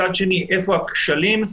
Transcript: מצד שני, איפה הכשלים?